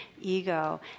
ego